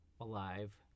Alive